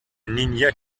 niña